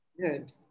good